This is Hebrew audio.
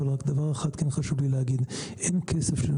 רק דבר אחד כן חשוב לי להגיד: אין כסף